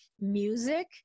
music